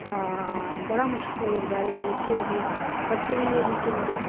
आं बड़ा मुश्कल होई गेआ बचारे निक्के थे बच्चे बी निक्के निक्के